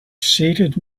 seated